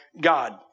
God